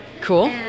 Cool